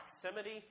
proximity